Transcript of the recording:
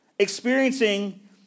experiencing